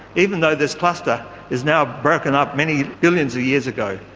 even though this cluster is now broken up many billions of years ago.